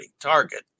target